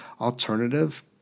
alternative